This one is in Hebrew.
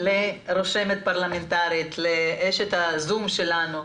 לרשמת הפרלמנטרית, לאשת הזום שלנו,